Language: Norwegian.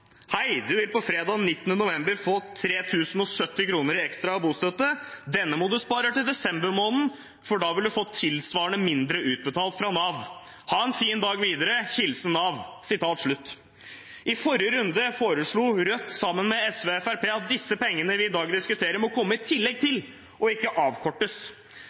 ekstra bostøtte. Denne må du spare til desember måned, for da vil du få tilsvarende mindre utbetalt fra Nav. Ha en fin dag videre. Hilsen Nav. I forrige runde foreslo Rødt sammen SV og Fremskrittspartiet at disse pengene vi i dag diskuterer, må komme i tillegg – og ikke avkortes.